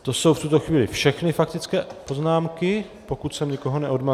To jsou v tuto chvíli všechny faktické poznámky, pokud jsem někoho neodmazal.